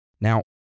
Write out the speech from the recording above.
Now